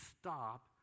stop